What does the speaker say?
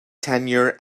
tenure